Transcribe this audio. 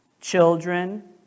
children